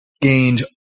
gained